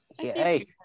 Hey